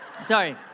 sorry